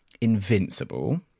invincible